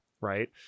right